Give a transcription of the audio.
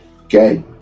okay